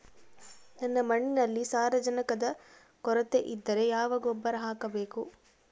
ನನ್ನ ಮಣ್ಣಿನಲ್ಲಿ ಸಾರಜನಕದ ಕೊರತೆ ಇದ್ದರೆ ಯಾವ ಗೊಬ್ಬರ ಹಾಕಬೇಕು?